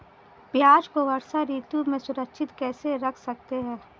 प्याज़ को वर्षा ऋतु में सुरक्षित कैसे रख सकते हैं?